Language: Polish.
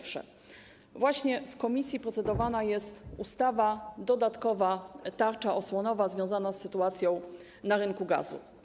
Właśnie w komisji procedowana jest ustawa, dodatkowa tarcza osłonowa związania z sytuacją na rynku gazu.